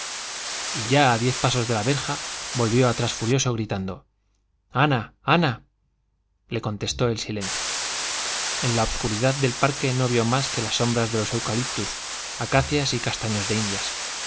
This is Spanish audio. tenía y ya a diez pasos de la verja volvió atrás furioso gritando ana ana le contestó el silencio en la obscuridad del parque no vio más que las sombras de los eucaliptus acacias y castaños de indias